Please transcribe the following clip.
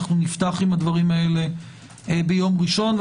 נפתח עם הדברים הללו ביום ראשון.